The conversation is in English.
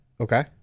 Okay